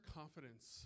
confidence